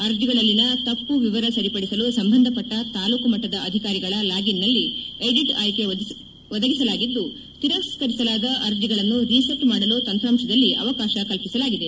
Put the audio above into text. ಅರ್ಜಿಗಳಲ್ಲಿನ ತಪ್ಪು ವಿವರ ಸರಿಪಡಿಸಲು ಸಂಬಂಧಪಟ್ಟ ತಾಲೂಕು ಮಟ್ವದ ಅಧಿಕಾರಿಗಳ ಲಾಗಿನ್ನಲ್ಲಿ ಎಡಿಟ್ ಅಯ್ಕೆ ಒದಗಿಸಲಾಗಿದ್ದು ತಿರಸ್ಕರಿಸಲಾದ ಅರ್ಜಿಗಳನ್ನು ರಿಸೆಟ್ ಮಾಡಲು ತಂತ್ರಾಂಶದಲ್ಲಿ ಅವಕಾಶ ಕಲ್ಪಿಸಲಾಗಿದೆ